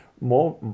More